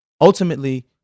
ultimately